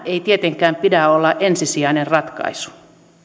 ei tietenkään pidä olla ensisijainen ratkaisu